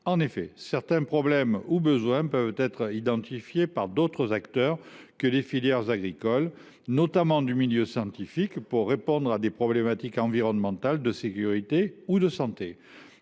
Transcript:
exclusive. Certains problèmes ou besoins peuvent ainsi être identifiés par d’autres acteurs que les filières agricoles, notamment issus du milieu scientifique, pour répondre à des problématiques environnementales, de sécurité ou de santé.